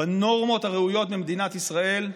בנורמות הראויות במדינת ישראל,